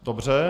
Dobře.